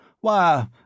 Why